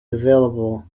available